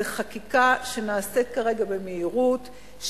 זאת חקיקה שנעשית כרגע במהירות,